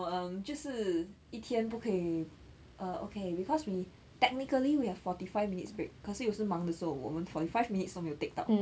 no um 就是一天不可以 err okay cause we technically we have forty five minutes break 可是有时忙的时候我们 forty five minutes 都没有 take 到